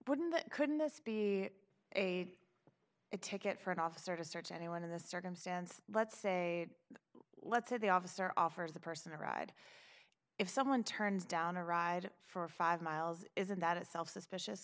wouldn't that couldn't this be a a ticket for an officer to search anyone in this circumstance let's say let's say the officer offers the person a ride if someone turns down a ride for five miles isn't that itself suspicious